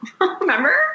Remember